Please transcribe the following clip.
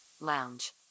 lounge